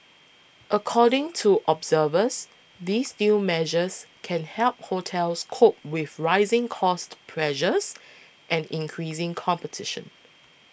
according to observers these new measures can help hotels cope with rising cost pressures and increasing competition